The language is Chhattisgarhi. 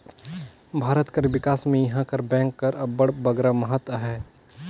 भारत कर बिकास में इहां कर बेंक कर अब्बड़ बगरा महत अहे